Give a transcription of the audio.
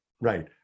right